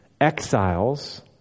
exiles